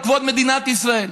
על כבוד מדינת ישראל.